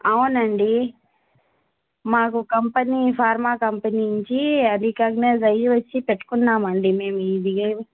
అవునండి మాకు company pharma company నుంచి రికగ్నైజ్ అయ్యి వచ్చి పెట్టుకున్నాం అండి మేము ఇది